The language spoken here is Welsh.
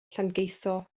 llangeitho